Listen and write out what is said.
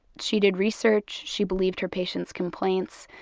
she did research. she believed her patients complaints.